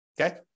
okay